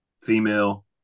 female